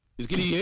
is getting